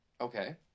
okay